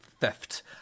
theft